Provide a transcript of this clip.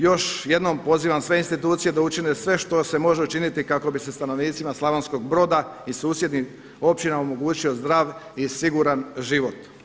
Još jednom pozivam sve institucije da učine sve što se može učiniti kako bi se stanovnicima Slavonskog Broda i susjednim općinama omogućio zdrav i siguran život.